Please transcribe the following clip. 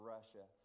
Russia